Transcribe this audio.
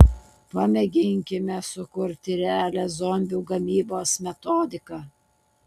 pamėginkime sukurti realią zombių gamybos metodiką